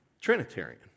Trinitarian